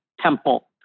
temple